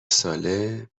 ساله